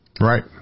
Right